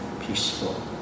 peaceful